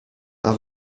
have